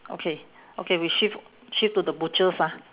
okay okay we shift shift to the butchers ah